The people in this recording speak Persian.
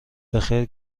بخیر